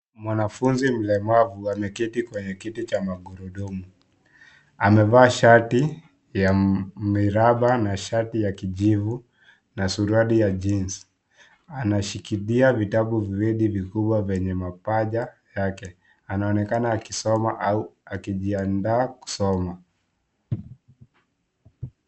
Mwanafunzi mlemavu ameketi kwenye kiti cha magurudumu. Amevaa shati ya miraba na shati ya kijivu na suruali ya jeans . Anashikilia vitabu viwili vikubwa kwenye mapacha yake. Anaonekana akisoma au akijiandaa kusoma.